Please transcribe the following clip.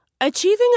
Achieving